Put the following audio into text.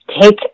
take